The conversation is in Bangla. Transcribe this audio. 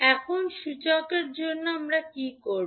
এখন সূচক জন্য আমরা কি করব